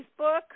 Facebook